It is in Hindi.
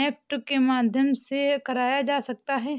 नेफ्ट के माध्यम से कराया जा सकता है